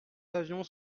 avions